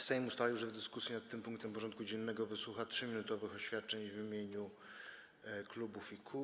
Sejm ustalił, że w dyskusji nad tym punktem porządku dziennego wysłucha 3-minutowych oświadczeń w imieniu klubów i kół.